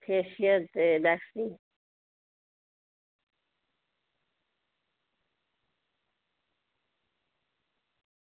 facial ते waxing